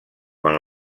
quan